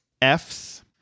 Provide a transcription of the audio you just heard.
f's